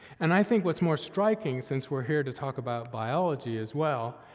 and i think what's more striking, since we're here to talk about biology as well,